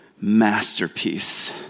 masterpiece